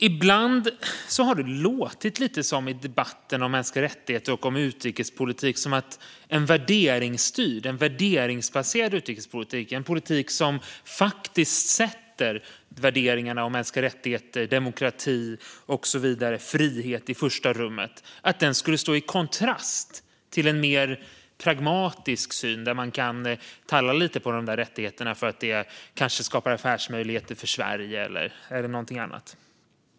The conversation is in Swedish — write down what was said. Ibland har det i debatten om mänskliga rättigheter och om utrikespolitik låtit lite som att en värderingsbaserad utrikespolitik, en politik som faktiskt sätter värderingarna om mänskliga rättigheter, demokrati, frihet och så vidare i första rummet skulle stå i kontrast till en mer pragmatisk syn där man kan talla lite på de där rättigheterna för att det kanske skapar affärsmöjligheter för Sverige eller någonting annat.